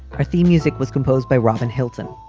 our theme music was composed by robin hilton.